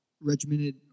regimented